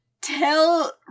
tell